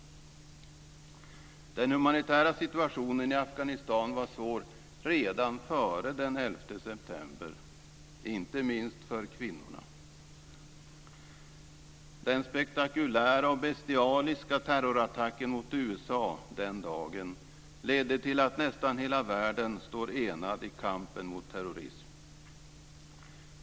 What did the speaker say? Den humanitära situationen i Afghanistan var svår redan före den 11 september, inte minst för kvinnorna. Den spektakulära och bestialiska terrorattacken mot USA den dagen ledde till att nästan hela världen står enad i kampen mot terrorism.